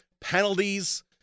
Penalties